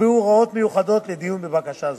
נקבעו הוראות מיוחדות לדיון בבקשה זו.